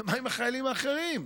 מה עם החיילים האחרים?